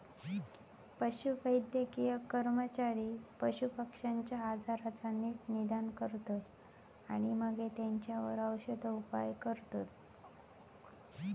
पशुवैद्यकीय कर्मचारी पशुपक्ष्यांच्या आजाराचा नीट निदान करतत आणि मगे तेंच्यावर औषदउपाय करतत